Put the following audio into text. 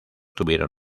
tuvieron